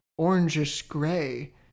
orangish-gray